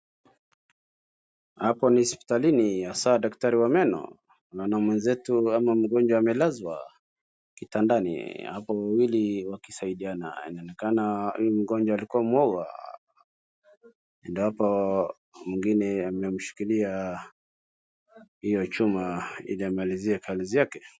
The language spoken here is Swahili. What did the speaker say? Hapo ni hospitalini hasa daktari wa meno. Tunaona mwenzetu ama mgonjwa amelazwa kitandani. Hapo wawili wakisaidiana. Inaonekana huyu mgonjwa alikuwa muoga, endapo mwingine amemushikilia hiyo chuma ili amalizie kazi yake.